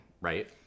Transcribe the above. Right